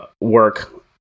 work